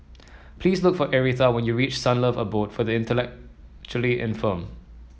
please look for Aretha when you reach Sunlove Abode for the Intellectually Infirmed